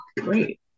great